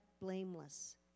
blameless